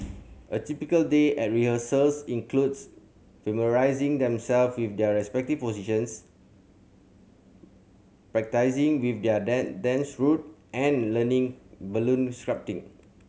a typical day at rehearsals includes familiarising themselves with their respective positions practising with their dance routine and learning balloon sculpting